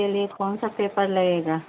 کے لیے کون سا پیپر لگے گا